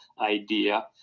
idea